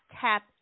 tap